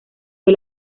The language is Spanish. fue